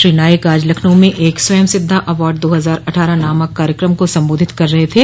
श्री नाईक आज लखनऊ में एक स्वयंसिद्धा अवार्ड दो हजार अटठारह नामक कार्यक्रम को संबोधित कर रहे थे